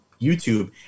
YouTube